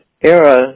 era